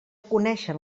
coneixen